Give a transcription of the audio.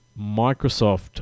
Microsoft